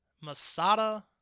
Masada